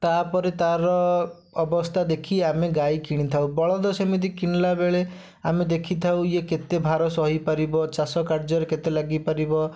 ତା'ପରେ ତା'ର ଅବସ୍ଥା ଦେଖି ଆମେ ଗାଈ କିଣିଥାଉ ବଳଦ ସେମିତି କିଣିଲାବେଳେ ଆମେ ଦେଖିଥାଉ ଇଏ କେତେ ଭାର ସହିପାରିବ ଚାଷ କାର୍ଯ୍ୟରେ କେତେ ଲାଗିପାରିବ